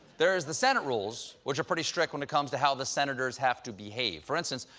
there's the senate rules, which are pretty strict when it comes to how the senators have to behave. for instance,